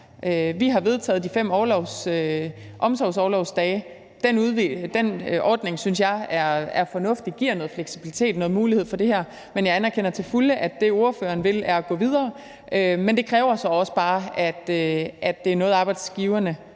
Vi har vedtaget de 5 omsorgsorlovsdage – den ordning synes jeg er fornuftig og giver noget fleksibilitet og mulighed for det her. Men jeg anerkender til fulde, at det, ordføreren vil, er at gå videre. Men det kræver så også bare, at det er noget, arbejdsgiverne